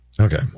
Okay